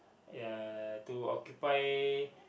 ya to occupy